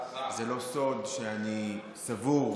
זה לא סוד שאני סבור,